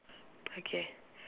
okay